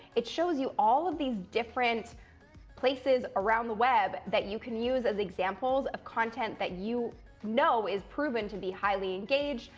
it shows you all of these different places around the web that you can use as examples of content that you know is proven to be highly engaged,